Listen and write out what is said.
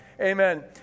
Amen